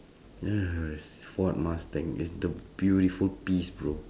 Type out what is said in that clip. ya is ford mustang it's the beautiful beast bro